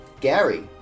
Gary